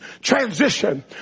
transition